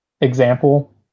example